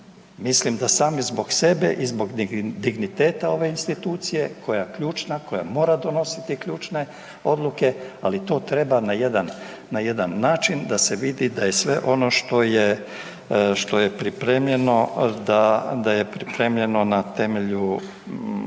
Mislim da sami zbog sebe i zbog digniteta ove institucije koja je ključna, koja mora donositi ključne odluke ali to treba na jedan način da se vidi da je sve ono što je pripremljeno da je